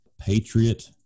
patriot